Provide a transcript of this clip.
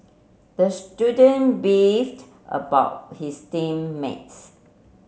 the student beefed about his team mates